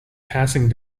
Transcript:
passing